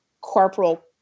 Corporal